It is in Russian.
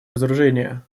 разоружения